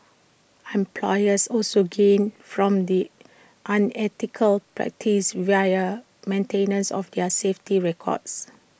employers also gain from the unethical practice via maintenance of their safety records